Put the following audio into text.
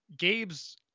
Gabe's